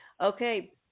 okay